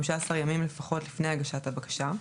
15 ימים לפחות לפני הגשת הבקשה,